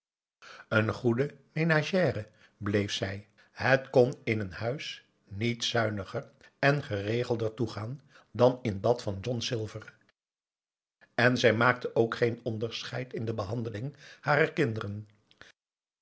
een goede menagère bleef zij het kon in een huis niet zuiniger en aum boe akar eel geregelder toegaan dan in dat van john silver en zij maakte ook geen onderscheid in de behandeling harer kinderen